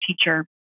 teacher